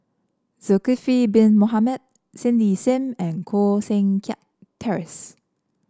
Zulkifli Bin Mohamed Cindy Sim and Koh Seng Kiat Terence